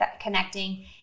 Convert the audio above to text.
connecting